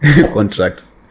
contracts